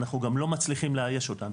אנחנו גם לא מצליחים לאייש אותם.